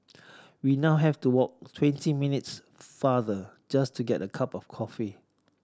we now have to walk twenty minutes farther just to get a cup of coffee